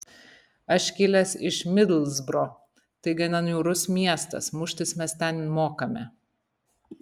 aš kilęs iš midlsbro tai gana niūrus miestas muštis mes ten mokame